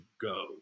go